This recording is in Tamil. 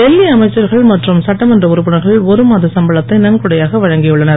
டெல்லி அமைச்சர்கள் மற்றும் சட்டமன்ற உறுப்பினர்கள் ஒரு மாத சம்பளத்தை நன்கொடையாக வழங்கியுள்ளனர்